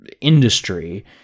industry